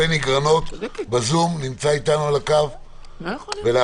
בני גרנות, ואחריו רמי